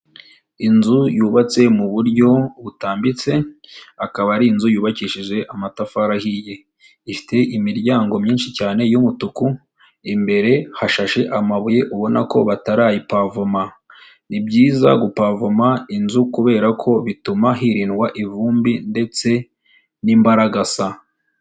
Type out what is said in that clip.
Inzu yubatse mu buryo butambitse akaba ari inzu yubakishije amatafari ahiye, ifite imiryango myinshi cyane y'umutuku, imbere hashashe amabuye ubona ko batarayipavoma, ni byiza gupavoma inzu kubera ko bituma hirindwa ivumbi ndetse n'imbaragasa.